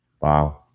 Wow